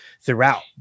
throughout